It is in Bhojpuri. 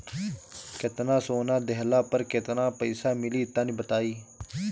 केतना सोना देहला पर केतना पईसा मिली तनि बताई?